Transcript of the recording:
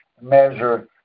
measure